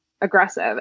aggressive